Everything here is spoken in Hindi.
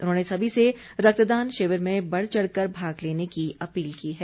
उन्होंने सभी से रक्तदान शिविर में बढ़चढ़ कर भाग लेने की अपील की है